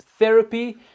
Therapy